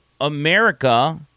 America